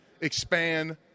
expand